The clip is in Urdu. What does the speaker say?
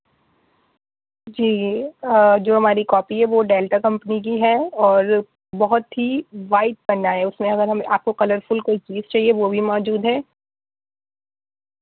جی جو ہماری کاپی ہے وہ ڈیلٹا کمپنی کی ہے اور بہت ہی وائٹ بننا ہے اس میں اگر ہمیں آپ کو کلرفل کوئی چیز چاہیے وہ بھی موجود ہے